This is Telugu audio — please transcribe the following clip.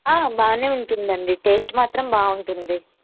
బాగానే ఉంటుందండి టేస్ట్ మాత్రం బాగుంటుంది